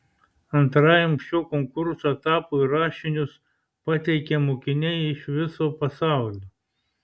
antrajam šio konkurso etapui rašinius pateikia mokiniai iš viso pasaulio